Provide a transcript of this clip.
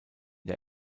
der